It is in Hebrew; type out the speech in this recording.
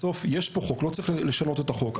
בסוף יש פה חוק ולא צריך לשנות את החוק.